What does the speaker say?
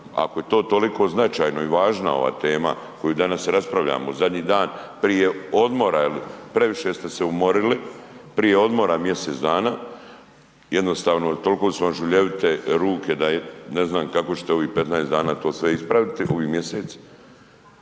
Ako je to toliko značajno i važno ova tema koju danas raspravljamo, zadnji dan prije odmora jer previše ste se umorili, prije odmora mjesec dana, jednostavno toliko su vam žuljevite ruke da ne znam kako ćete ovih 15 dana to sve ispraviti, ovi mjesec.